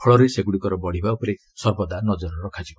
ଫଳରେ ସେଗୁଡ଼ିକର ବଢ଼ିବା ଉପରେ ସର୍ବଦା ନଜ୍ଜର ରଖାଯିବ